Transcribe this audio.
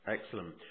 Excellent